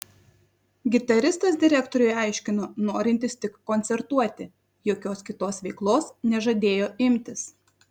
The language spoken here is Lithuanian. gitaristas direktoriui aiškino norintis tik koncertuoti jokios kitos veiklos nežadėjo imtis